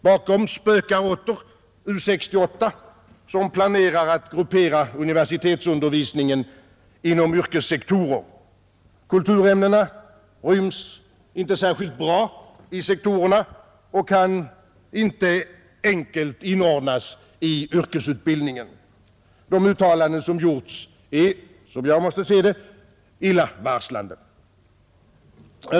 Bakom spökar åter U 68 som planerar att gruppera universitetsundervisningen inom yrkessektorer. Kulturämnena ryms inte särskilt bra i sektorerna och kan inte enkelt inordnas i yrkesutbildningen. De uttalanden som gjorts är, som jag ser det, illavarslande.